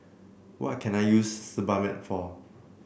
what can I use Sebamed for